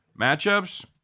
matchups